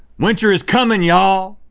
winter is coming, y'all.